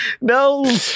No